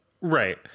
right